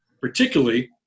particularly